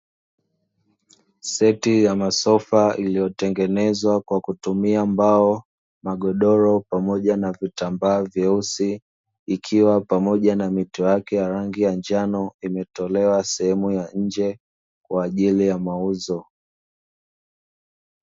Seti ya masofa iiyotengenezwa kwa kutumia mbao, magodoro pamoja na vitambaa vyeusi, ikiwa pamoja na mito yake ya rangi ya njano; imetolewa sehemu ya nje kwa ajili ya mauzo.